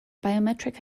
biometric